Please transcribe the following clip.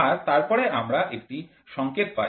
আর তারপরে আমরা একটি সংকেত পাই